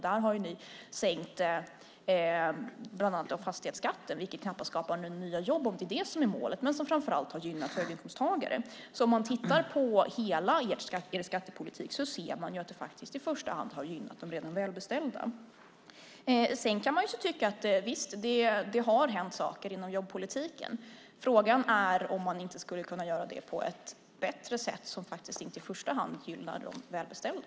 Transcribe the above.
Där har ni bland annat sänkt fastighetsskatten, vilket knappast skapar några nya jobb om det är det som är målet - framför allt gynnar det höginkomsttagare. Om man tittar på hela er skattepolitik ser man att den faktiskt i första hand har gynnat de redan välbeställda. Man kan visst tycka att det har hänt saker inom jobbpolitiken. Frågan är om man inte skulle kunna göra det på ett bättre sätt som faktiskt inte i första hand gynnar de välbeställda.